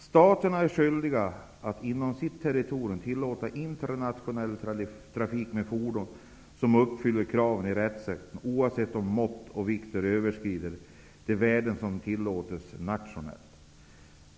Staterna är skyldiga att inom sina territorier tillåta internationell trafik med fordon som uppfyller kraven i rättsakten oavsett om mått och vikter överskrider de värden som tillåts nationellt.